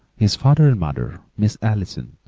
his father and mother, miss allison,